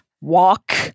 Walk